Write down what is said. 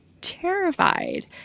terrified